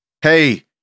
Hey